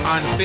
on